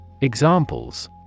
Examples